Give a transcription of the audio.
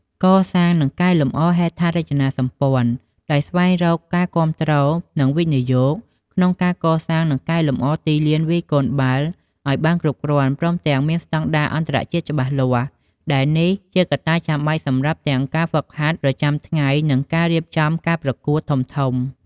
កសាង និងកែលម្អហេដ្ឋារចនាសម្ព័ន្ធ ដោយស្វែងរកការគាំទ្រនិងវិនិយោគ ក្នុងការកសាងនិងកែលម្អទីលានវាយកូនបាល់ឱ្យបានគ្រប់គ្រាន់ ព្រមទាំងមានស្តង់ដារអន្តរជាតិច្បាស់លាស់ ដែលនេះជាកត្តាចាំបាច់សម្រាប់ទាំងការហ្វឹកហាត់ប្រចាំថ្ងៃ និងការរៀបចំការប្រកួតធំៗ។